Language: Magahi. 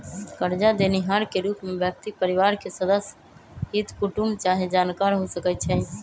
करजा देनिहार के रूप में व्यक्ति परिवार के सदस्य, हित कुटूम चाहे जानकार हो सकइ छइ